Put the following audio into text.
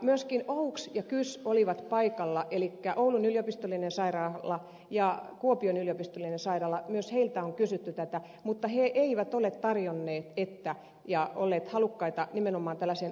myöskin oyks ja kys olivat paikalla elikkä myös oulun yliopistolliselta sairaalalta ja kuopion yliopistolliselta sairaalalta on kysytty tätä mutta ne eivät ole tarjonneet ja olleet halukkaita nimenomaan tällaiseen osaamiskeskustyyppiseen toimintaan